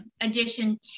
addition